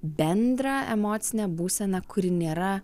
bendrą emocinę būseną kuri nėra